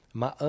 ma